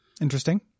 interesting